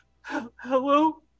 Hello